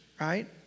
right